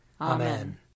Amen